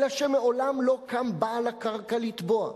אלא שמעולם לא קם בעל הקרקע לתבוע.